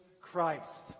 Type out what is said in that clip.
Christ